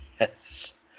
yes